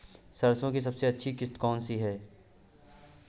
सरसो की सबसे अच्छी किश्त कौन सी है?